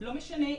לא משנה,